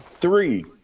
three